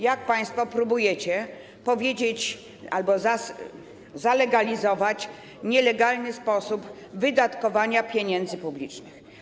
Jak państwo próbujecie powiedzieć albo zalegalizować nielegalny sposób wydatkowania pieniędzy publicznych.